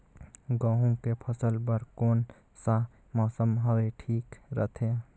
गहूं के फसल बर कौन सा मौसम हवे ठीक रथे?